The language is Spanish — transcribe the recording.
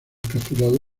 capturado